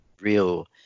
real